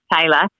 Taylor